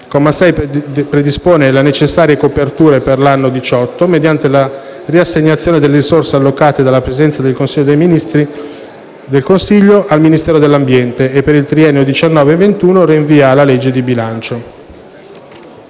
comma 6 predispone le necessarie coperture per l'anno 2018 mediante la riassegnazione delle risorse allocate dalla Presidenza del Consiglio al Ministero dell'ambiente e per il triennio 2019-2021 rinvia alla legge di bilancio.